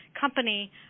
company